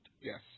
Yes